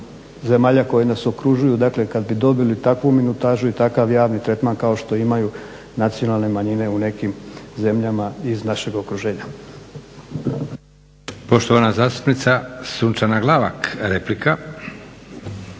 zemalja koje nas okružuju, dakle kad bi dobili takvu minutažu i takav javni tretman kao što imaju nacionalne manjine u nekim zemljama iz našeg okruženja.